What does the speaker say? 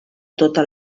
tota